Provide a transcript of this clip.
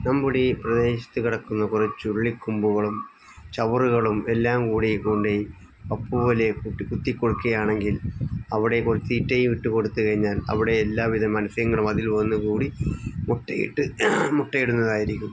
നമ്മുടെ ഈ പ്രദേശത്ത് കിടക്കുന്ന കുറേ ചുള്ളിക്കമ്പുകളും ചവറുകളും എല്ലാം കൂടി കൊണ്ട് പോയി പപ്പു പോലെ കുട്ടി കുത്തി കൊടുക്കുകയാണെങ്കിൽ അവിടെ തീറ്റയും ഇട്ട് കൊടുത്ത് കഴിഞ്ഞാൽ അവിടെ എല്ലാവിധം മത്സ്യങ്ങളും അതിൽ വന്നുകൂടി മുട്ടയിട്ട് മുട്ടയിടുന്നതായിരിക്കും